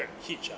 Grab Hitch